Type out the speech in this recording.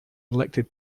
elected